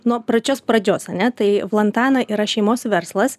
nuo pračios pradžios ane tai vlantana yra šeimos verslas